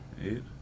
Eight